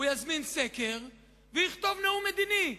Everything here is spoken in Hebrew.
הוא יזמין סקר ויכתוב נאום מדיני.